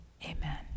Amen